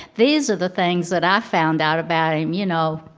these are the things that i found out about him, you know,